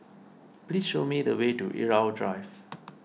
please show me the way to Irau Drive